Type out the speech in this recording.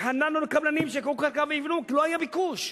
התחננו לקבלנים שייקחו קרקע ויבנו כי לא היה ביקוש.